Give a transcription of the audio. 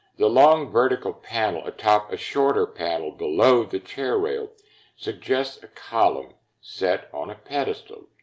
the long vertical panel atop a shorter panel below the chair rail suggests a column set on a pedestal.